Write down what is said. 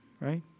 Right